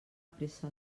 pressa